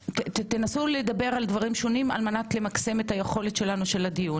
תנסו לדבר על דברים שונים על מנת למקסם את היכולת של הדיון.